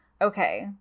Okay